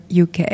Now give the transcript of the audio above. UK